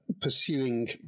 pursuing